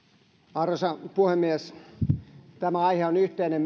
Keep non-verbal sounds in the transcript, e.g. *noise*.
arvoisa puhemies tämä aihe on meille yhteinen *unintelligible*